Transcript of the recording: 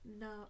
No